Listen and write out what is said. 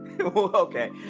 Okay